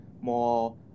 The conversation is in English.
more